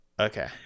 Okay